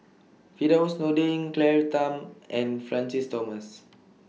Firdaus Nordin Claire Tham and Francis Thomas